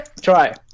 try